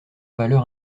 valeur